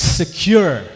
secure